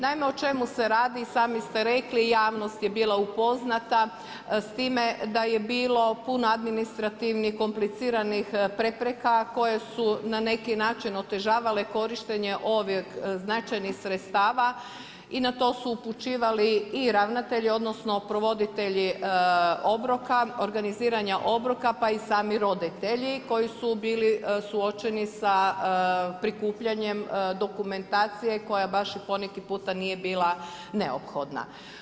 Naime, o čemu se radi i sami ste rekli i javnost je bila upoznata s time da je bilo puno administrativnih, kompliciranih prepreka koje su na neki način otežavale korištenje ovih značajnih sredstava i na to su upućivali i ravnatelji odnosno provoditelji obroka, organiziranja obroka pa i sami roditelji koji su bili suočeni sa prikupljanjem dokumentacije koja baš i poneki puta nije bila neophodna.